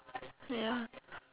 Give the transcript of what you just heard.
ya